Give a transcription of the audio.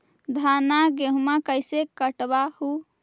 धाना, गेहुमा कैसे कटबा हू?